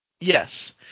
Yes